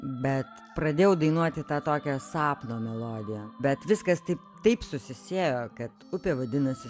bet pradėjau dainuoti tą tokią sapno melodiją bet viskas taip taip susisiejo kad upė vadinasi